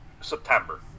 September